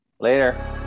later